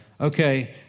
okay